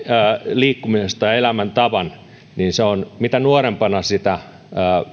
liikkumisesta elämäntavan mitä nuorempana sitä